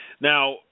Now